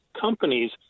companies